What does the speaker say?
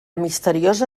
misteriosa